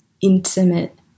intimate